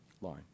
line